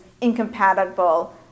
Incompatible